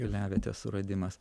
piliavietės suradimas